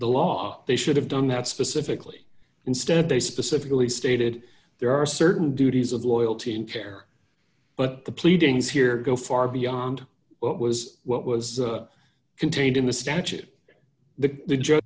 the law they should have done that specifically instead they specifically stated there are certain duties of loyalty and care but the pleadings here go far beyond what was what was contained in the statute